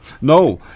No